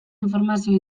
informazio